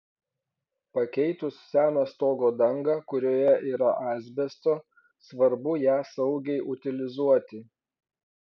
pakeitus seną stogo dangą kurioje yra asbesto svarbu ją saugiai utilizuoti